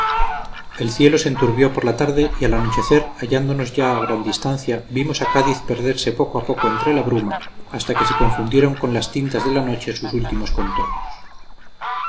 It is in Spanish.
el cielo se enturbió por la tarde y al anochecer hallándonos ya a gran distancia vimos a cádiz perderse poco a poco entre la bruma hasta que se confundieron con las tintas de la noche sus últimos contornos